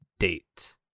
Date